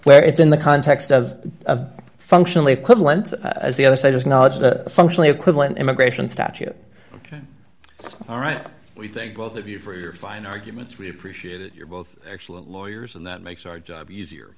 where it's in the context of functionally equivalent as the other side has knowledge of the functionally equivalent immigration statute ok all right we think both of you for your fine arguments we appreciate it you're both excellent lawyers and that makes our job easier